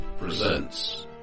presents